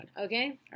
Okay